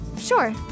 Sure